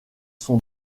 sont